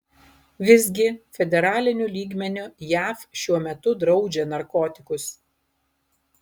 visgi federaliniu lygmeniu jav šiuo metu draudžia narkotikus